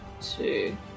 two